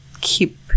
keep